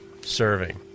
serving